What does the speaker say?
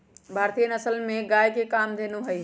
भारतीय नसल में गाय कामधेनु हई